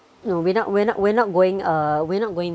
no we're not we're not we're not going uh we're not going